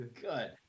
Good